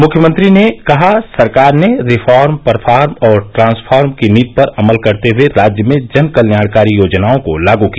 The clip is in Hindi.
मुख्यमंत्री ने कहा सरकार ने रिफॉर्म परफॉर्म और ट्रान्सफॉर्म की नीति पर अमल करते हुए राज्य में जन कल्याणकारी योजनाओं को लागू किया